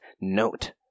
note